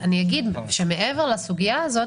מעבר לסוגיה הזאת,